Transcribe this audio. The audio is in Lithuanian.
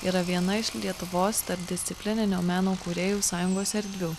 yra viena iš lietuvos tarpdisciplininio meno kūrėjų sąjungos erdvių